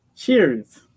Cheers